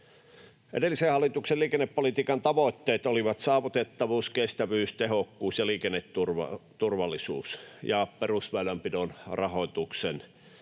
Edellisen hallituksen liikennepolitiikan tavoitteet olivat saavutettavuus, kestävyys, tehokkuus, liikenneturvallisuus ja perusväylänpidon rahoituksen